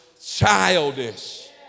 childish